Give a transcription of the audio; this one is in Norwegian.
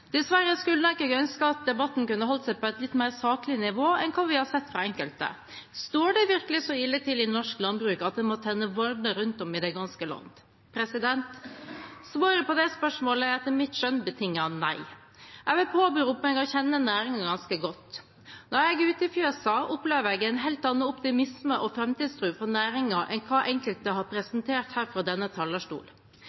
Dessverre skulle jeg nok ønske at debatten kunne holdt seg på et litt mer saklig nivå enn hva vi har sett fra enkelte. Står det virkelig så ille til i norsk landbruk at en må tenne varder rundt om i det ganske land? Svaret på det spørsmålet er etter mitt skjønn et betinget nei. Jeg vil påberope meg å kjenne næringen ganske godt. Når jeg er ute i fjøsene, opplever jeg en helt annen optimisme og framtidstro for næringen enn hva enkelte har